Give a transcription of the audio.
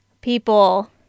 people